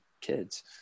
kids